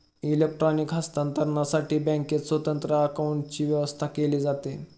electronic हस्तांतरणसाठी बँकेत स्वतंत्र काउंटरची व्यवस्था केली जाते